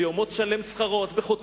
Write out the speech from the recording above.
ביומו תשלם שכרו,